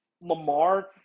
Lamar